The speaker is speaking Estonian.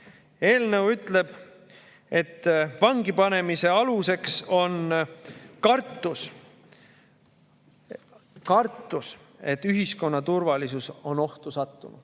Eelnõu ütleb, et vangi panemise aluseks on kartus – kartus, et ühiskonna turvalisus on ohtu sattunud.